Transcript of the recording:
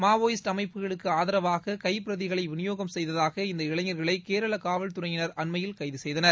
Maoist அமைப்புகளுக்கு ஆதரவாக கைப்பிரதிகளை விநியோகம் செய்ததாக இந்த இளைஞர்களை கேரள காவல்துறையினர் அண்மையில் கைது செய்தனர்